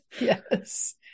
Yes